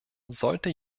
sollte